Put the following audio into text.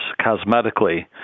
cosmetically